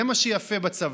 זה מה שיפה בצבא,